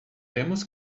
temos